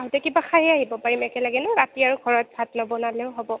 আহোতে কিবা খাইয়ে আহিব পাৰিম একেলগে ন ৰাতি আৰু ঘৰত ভাত নবনালেও হ'ব